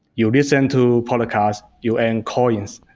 you listen to podcast, you earn coins.